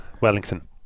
Wellington